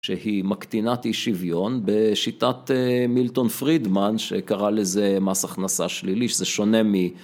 שהיא מקטינת אי שוויון בשיטת מילטון פרידמן שקרא לזה "מס הכנסה שלילי", שזה שונה מ...